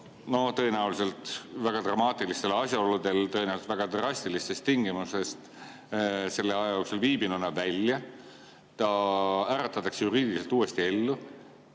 no tõenäoliselt väga dramaatilistel asjaoludel, tõenäoliselt väga drastilistes tingimustes selle aja jooksul viibinuna, välja. Ta äratatakse juriidiliselt uuesti ellu.